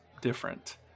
different